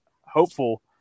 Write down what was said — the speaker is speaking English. hopeful